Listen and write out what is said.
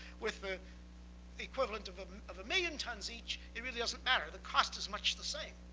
with the the equivalent of ah of a million tons each, it really doesn't matter. the cost is much the same.